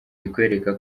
bikwereka